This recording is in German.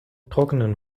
trockenen